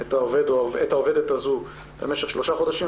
את העובדת הזו במשך 3 חודשים,